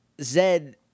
Zed